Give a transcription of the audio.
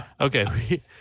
Okay